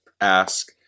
ask